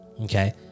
Okay